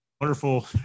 wonderful